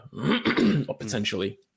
potentially